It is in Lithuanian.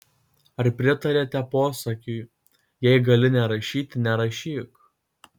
ar pritariate posakiui jei gali nerašyti nerašyk